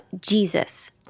Jesus